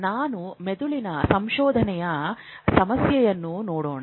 ನಾವು ಮೆದುಳಿನ ಸಂಶೋಧನೆಯ ಸಮಸ್ಯೆಯನ್ನು ನೋಡೋಣ